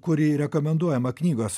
kuri rekomenduojama knygos